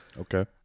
Okay